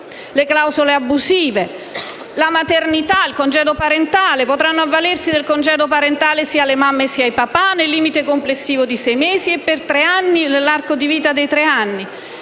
clausole abusive, della maternità e del congedo parentale. Potranno avvalersi del congedo parentale sia le mamme che i papà nel limite complessivo di sei mesi nell’arco di vita dei tre anni